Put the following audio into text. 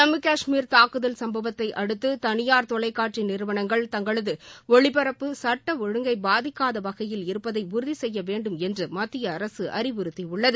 ஜம்மு கஷ்மீர் தாக்குதல் சும்பவத்தை அடுத்து தனியார் தொலைக்காட்சி நிறுவனங்கள் தங்களது ஒளிபரப்பு சட்ட ஒழுங்கை பாதிக்காத வகையில் இருப்பதை உறுதி செய்யவேண்டும் என்று மத்திய அரக அறிவுறுத்தி உள்ளது